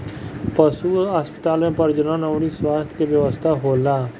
पशु अस्पताल में प्रजनन अउर स्वास्थ्य के व्यवस्था होला